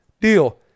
deal